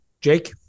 Jake